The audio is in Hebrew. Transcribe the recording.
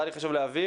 היה לי חשוב להבהיר.